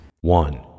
One